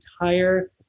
entire